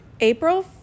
April